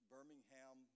Birmingham